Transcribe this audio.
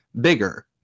bigger